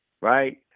right